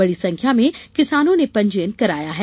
बडी संख्या में किसानों ने पंजीयन कराया है